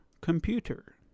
Computer